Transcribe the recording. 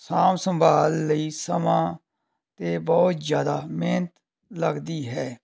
ਸਾਂਭ ਸੰਭਾਲ ਲਈ ਸਮਾਂ ਅਤੇ ਬਹੁਤ ਜ਼ਿਆਦਾ ਮਿਹਨਤ ਲੱਗਦੀ ਹੈ